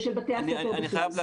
ושל בתי הספר בכלל.